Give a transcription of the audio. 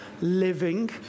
living